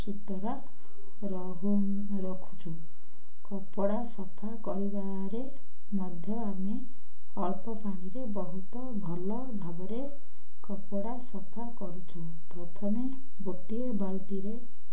ସୁତୁରା ରହୁ ରଖୁଛୁ କପଡ଼ା ସଫା କରିବାରେ ମଧ୍ୟ ଆମେ ଅଳ୍ପ ପାଣିରେ ବହୁତ ଭଲ ଭାବରେ କପଡ଼ା ସଫା କରୁଛୁ ପ୍ରଥମେ ଗୋଟିଏ ବାଲଟିରେ